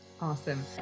Awesome